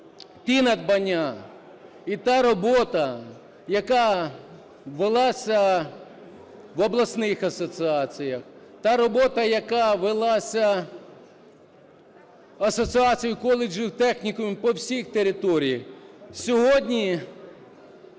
ті надбання, і та робота, яка велася в обласних асоціаціях, та робота, яка велася Асоціацією коледжів, технікумів по всій території, сьогодні